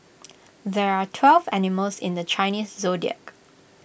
there are twelve animals in the Chinese Zodiac